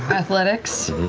athletics,